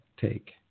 take